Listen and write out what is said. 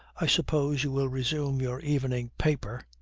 i suppose you will resume your evening paper